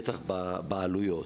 בטח בעלויות.